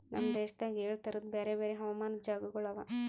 ನಮ್ ದೇಶದಾಗ್ ಏಳು ತರದ್ ಬ್ಯಾರೆ ಬ್ಯಾರೆ ಹವಾಮಾನದ್ ಜಾಗಗೊಳ್ ಅವಾ